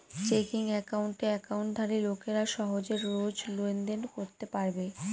checking একাউণ্টে একাউন্টধারী লোকেরা সহজে রোজ লেনদেন করতে পারবে